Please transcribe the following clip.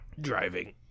driving